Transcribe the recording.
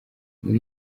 muri